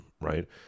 right